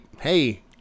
hey